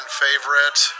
favorite